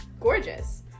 gorgeous